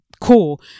cool